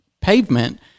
pavement